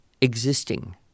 existing